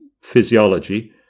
physiology